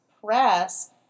press